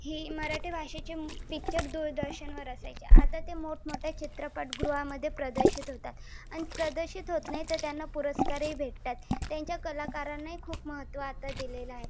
ही मराठी भाषेचे पिक्चर दूरदर्शनवर असायचे आता ते मोठमोठ्या चित्रपटगृहामध्ये प्रदर्शित होतात आणि प्रदर्शित होत नाही तर त्यांना पुरस्कारही भेटतात त्यांच्या कलाकारांनाही खूप महत्त्व आता दिलेलं आहे